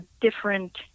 different